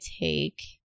take